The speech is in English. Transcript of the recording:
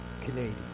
Canadian